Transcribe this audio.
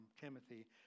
Timothy